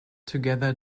together